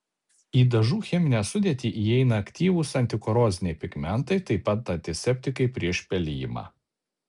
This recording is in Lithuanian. į dažų cheminę sudėtį įeina aktyvūs antikoroziniai pigmentai taip pat antiseptikai prieš pelijimą